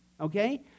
Okay